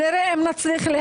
שהם יראו אם אפשר להקדים.